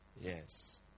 Yes